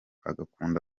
agakunda